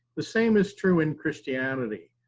the same is true in christianity.